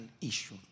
issue